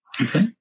Okay